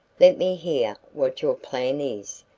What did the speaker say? let me hear what your plan is,